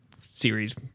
series